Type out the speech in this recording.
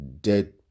dead